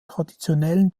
traditionellen